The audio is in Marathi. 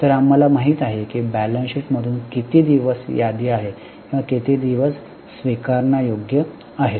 तर आम्हाला माहिती आहे की बॅलन्स शीट मधून किती दिवस यादी आहे किंवा किती दिवस स्वीकारण्यायोग्य आहेत